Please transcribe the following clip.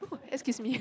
excuse me